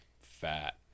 fat